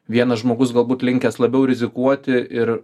vienas žmogus galbūt linkęs labiau rizikuoti ir